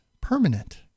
permanent